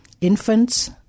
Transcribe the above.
infants